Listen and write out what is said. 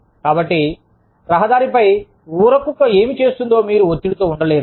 కాబట్టి రహదారిపై ఊరకుక్క ఏమి చేస్తుందో మీరు ఒత్తిడితో ఉండలేరు